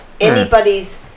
anybody's